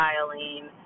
styling